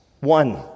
One